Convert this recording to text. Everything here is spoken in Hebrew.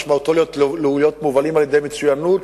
משמעותו להיות מובלים על-ידי מצוינות,